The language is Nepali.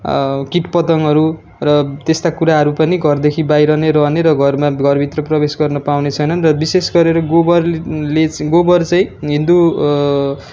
कीट पतङ्गहरू र त्यस्ता कुराहरू पनि घरदेखि बाहिर नै रहने र घरमा घरभित्र प्रवेश गर्न पाउने छैनन् र विशेष गरेर गोबरले चाहिँ गोबर चाहिँ हिन्दू